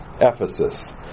Ephesus